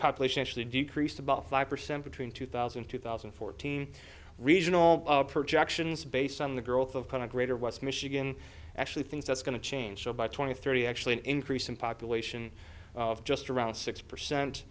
population actually decreased about five percent between two thousand and two thousand and fourteen regional projections based on the growth of kind of greater west michigan actually things that's going to change so by twenty thirty actually increase in population of just around six